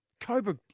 Cobra